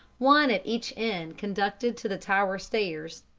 one at each end conducted to the tower stairs,